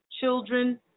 children